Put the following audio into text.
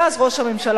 ואז ראש הממשלה,